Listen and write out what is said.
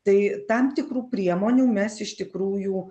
tai tam tikrų priemonių mes iš tikrųjų